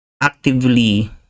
actively